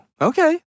okay